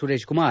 Suresh Kumar